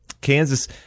Kansas